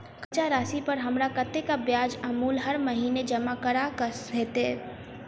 कर्जा राशि पर हमरा कत्तेक ब्याज आ मूल हर महीने जमा करऽ कऽ हेतै?